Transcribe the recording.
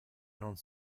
non